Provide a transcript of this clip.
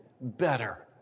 better